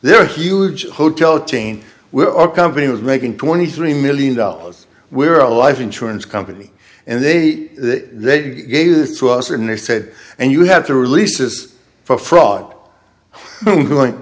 there's a huge hotel chain with our company was making twenty three million dollars we're a life insurance company and they they gave it to us and they said and you have to release is for fraud going